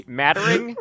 mattering